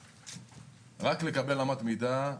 לקבל אמת מידה,